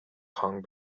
kong